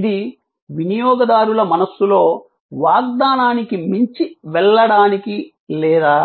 ఇది వినియోగదారుల మనస్సులో వాగ్దానానికి మించి వెళ్ళడానికి లేదా